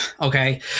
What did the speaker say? okay